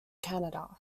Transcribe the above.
canada